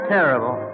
Terrible